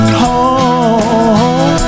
home